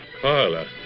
Carla